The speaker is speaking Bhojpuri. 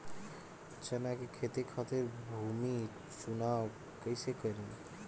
चना के खेती खातिर भूमी चुनाव कईसे करी?